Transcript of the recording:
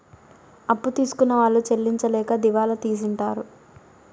అప్పు తీసుకున్న వాళ్ళు చెల్లించలేక దివాళా తీసింటారు